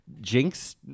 jinx